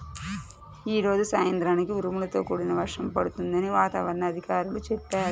యీ రోజు సాయంత్రానికి ఉరుములతో కూడిన వర్షం పడుతుందని వాతావరణ అధికారులు చెప్పారు